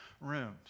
rooms